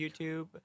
YouTube